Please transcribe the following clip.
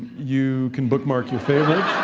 you can bookmark your favorites.